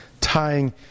tying